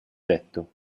detto